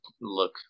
look